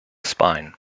spine